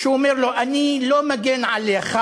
שהוא אומר לו: אני לא מגן עליך,